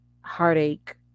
heartache